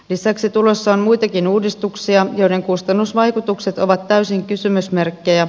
lisäksi tulossa on muitakin uudistuksia joiden kustannusvaikutukset ovat täysin kysymysmerkkejä